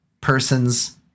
persons